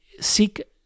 Seek